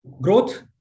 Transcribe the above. growth